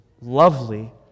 lovely